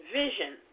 vision